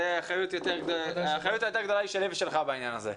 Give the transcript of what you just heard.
האחריות היותר גדולה היא שלי ושלך בעניין הזה.